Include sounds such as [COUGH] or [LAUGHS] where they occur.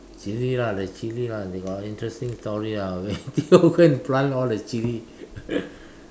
chili lah like chili lah we got interesting story ah [LAUGHS] we go go and plant all the chili [LAUGHS]